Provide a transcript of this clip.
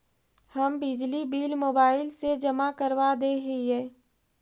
हम बिजली bill mobile से जमा करवा देहियै?